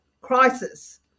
crisis